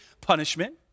punishment